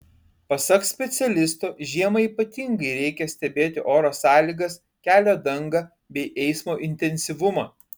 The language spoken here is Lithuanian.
pasak specialisto žiemą ypatingai reikia stebėti oro sąlygas kelio dangą bei eismo intensyvumą